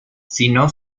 sino